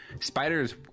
Spiders